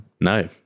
No